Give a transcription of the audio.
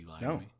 No